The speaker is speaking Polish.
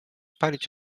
palić